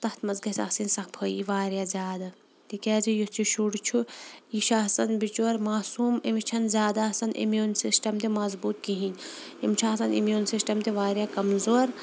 تَتھ منٛز گژھِ آسٕنۍ صفٲے واریاہ زیادٕ تِکیٛازِ یُس یہِ شُر چھُ یہِ چھُ آسان بِچور ماسوٗم أمِس چھَنہٕ زیادٕ آسان اِمیوٗن سِسٹَم تہِ مضبوٗط کِہیٖنۍ أمِس چھُ آسان اِمیوٗن سِسٹَم تہِ واریاہ کمزور